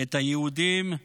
את היהודים,